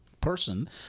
person